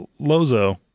Lozo